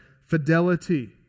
fidelity